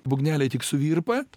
būgneliai tik suvirpa